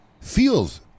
feels